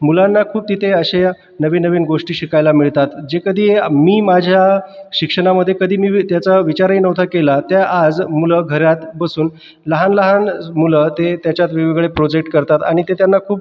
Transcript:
मुलांना खूप तिथे असे या नवीन नवीन गोष्टी शिकायला मिळतात जे कधी मी माझ्या शिक्षणामध्ये कधी मी त्याचा विचारही नव्हता केला त्या आज मुलं घरात बसून लहान लहान ज मुलं ते त्याच्यात वेगवेगळे प्रोजेक्ट करतात आणि ते त्यांना खूप